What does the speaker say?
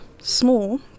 small